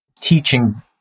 teaching